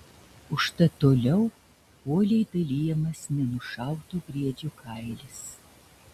užtat toliau uoliai dalijamas nenušauto briedžio kailis